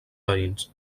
veïns